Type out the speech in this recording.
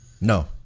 no